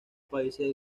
países